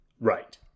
Right